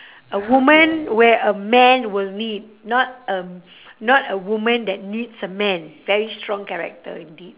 a woman where a man will need not a not a woman that needs a man very strong character indeed